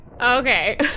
Okay